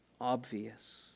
obvious